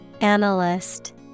Analyst